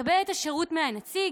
מקבל את השירות מהנציג,